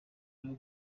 bwo